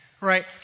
right